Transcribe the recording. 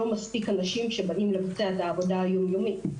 לא מספיק אנשים שבאים לבצע את העבודה היום יומית.